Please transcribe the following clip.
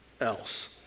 else